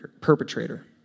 perpetrator